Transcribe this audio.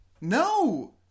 No